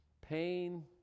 pain